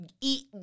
eat